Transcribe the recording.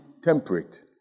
temperate